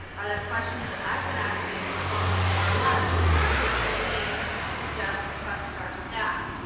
are the questions that i've been asking for over four months and you told me to just trust our staff.